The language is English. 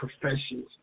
professions